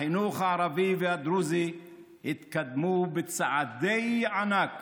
החינוך הערבי והחינוך הדרוזי התקדמו בצעדי ענק